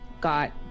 got